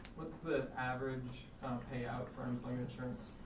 the average payout for um but insurance?